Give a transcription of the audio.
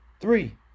Three